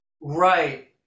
Right